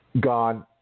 gone